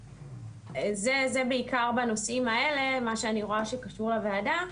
זה בעיקר בנושאים האלה מה שאני רואה שקשור לוועדה.